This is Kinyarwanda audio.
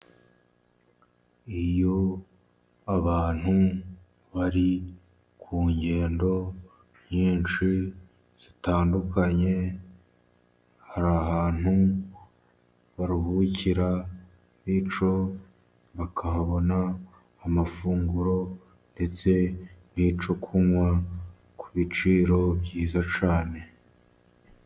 Iyo abantu bari ku ngendo nyinshi zitandukanye, hari ahantu baruhukira, bityo bakahabona amafunguro, ndetse n'icyo kunywa ku biciro byiza cyane.